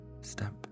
step